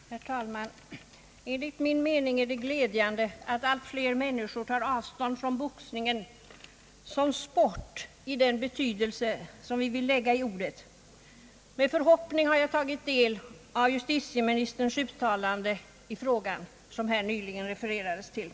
Herr talman! Enligt min mening är det glädjande att allt fler människor tar avstånd från boxningen som sport i den betydelse vi vill lägga i ordet. Med förhoppning har jag tagit del av justitieministerns uttalande i frågan vilket här nyligen refererades till.